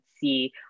see